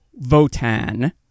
Votan